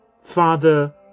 Father